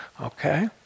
Okay